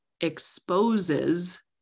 exposes